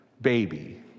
baby